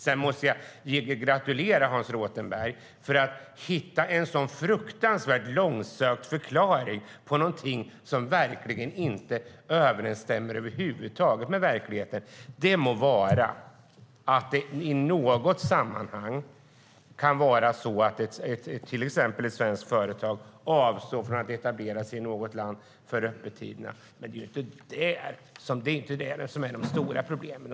Sedan måste jag gratulera Hans Rothenberg till att han hittar en så fruktansvärt långsökt förklaring till någonting som verkligen inte överensstämmer över huvud taget med verkligheten. Det må så vara att till exempel ett svenskt företag i något sammanhang avstår från att etablera sig i något land på grund av öppettiderna. Men det är inte det som är de stora problemen.